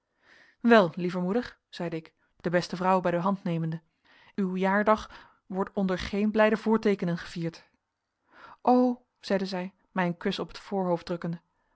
wel lieve moeder zeide ik de beste vrouw bij de hand nemende uw jaardag wordt onder geen blijde voorteekenen gevierd o zeide zij mij een kus op het voorhoofd drukkende